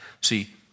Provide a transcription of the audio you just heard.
See